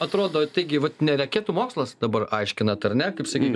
atrodo taigi vat ne reketų mokslas dabar aiškinat ar nekaip sakyt